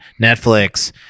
Netflix